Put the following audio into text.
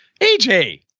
AJ